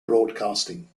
broadcasting